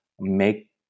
make